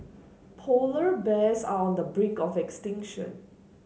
polar bears are on the brink of extinction